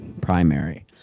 primary